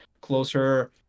closer